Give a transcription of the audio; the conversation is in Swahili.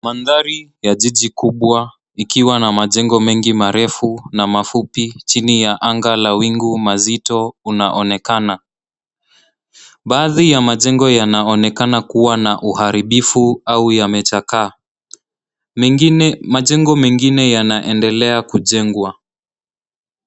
Mandhari ya jiji kubwa ikiwa na majengo mengi marefu na mafupi chini ya anga la wingu mazito unaonekana. Baadhi ya majengo yanaonekana kuwa na uharibifu au yamechakaa. Majengo mengine yanaendelea kujengwa.